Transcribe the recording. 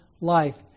life